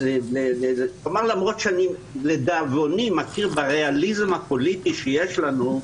למרות שאני מכיר בריאליזם הפוליטי שיש לנו לדאבוני,